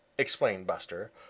explained buster.